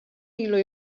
ilu